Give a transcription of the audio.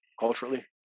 culturally